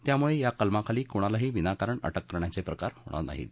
यामुळे या कलमाखाली कुणालाही विनाकारण अटक करण्याचे प्रकार होणार नाहीत